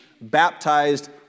baptized